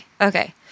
okay